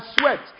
swept